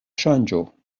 ŝanĝo